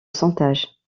sondages